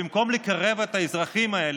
במקום לקרב את האזרחים האלה,